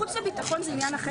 חוץ וביטחון זה עניין אחר.